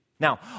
Now